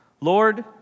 Lord